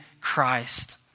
Christ